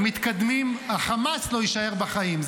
אבל הם לא יישארו בחיים.